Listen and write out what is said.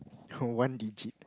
oh one digit